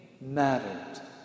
mattered